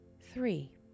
Three